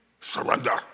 surrender